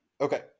Okay